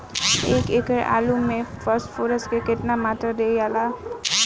एक एकड़ आलू मे फास्फोरस के केतना मात्रा दियाला?